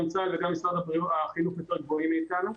גם בצה"ל וגם במשרד החינוך הנתונים יותר גבוהים מאצלנו.